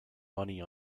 money